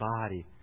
body